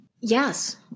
Yes